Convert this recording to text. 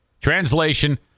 translation